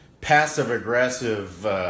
passive-aggressive